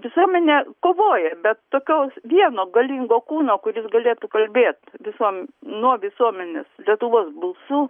visuomenė kovoja bet tokio vieno galingo kūno kuris galėtų kalbėt visuom nuo visuomenės lietuvos balsu